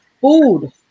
food